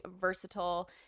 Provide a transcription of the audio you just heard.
versatile